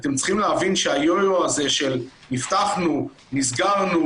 אתם צריכים להבין שהיו-יו הזה של נפתחנו, נסגרנו